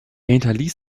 hinterließ